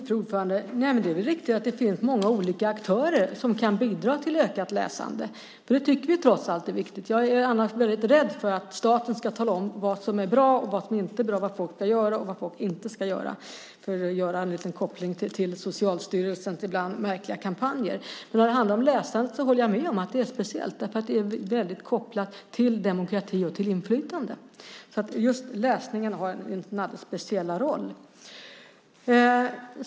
Fru talman! Det är riktigt att det finns många olika aktörer som kan bidra till ökat läsande, och det tycker vi trots allt är viktigt. Jag är annars väldigt rädd för att staten ska tala om vad som är bra och vad som inte är bra, vad folk ska göra och vad folk inte ska göra, för att göra en liten koppling till Socialstyrelsens ibland märkliga kampanjer. Men när det handlar om läsandet håller jag med om att det är speciellt, eftersom det är väldigt kopplat till demokrati och till inflytande. Just läsningen har alltså sin alldeles speciella roll.